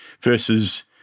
versus